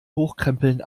hochkrempeln